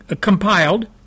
compiled